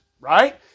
Right